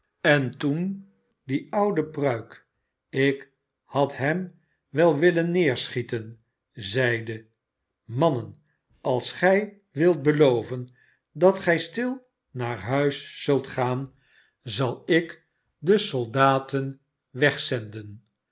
en toen die oude pruik ik had hem wel willen neerschieten zeide smannen als gij wilt beloven dat gij stil naar huis zult gaan zal ik de soldaten wegzenden